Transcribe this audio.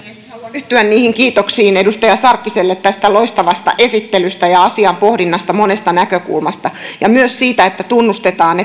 yhtyä kiitoksiin edustaja sarkkiselle tästä loistavasta esittelystä asian pohdinnasta monesta näkökulmasta ja myös siitä että tunnustetaan